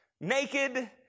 naked